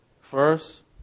First